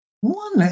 One